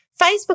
Facebook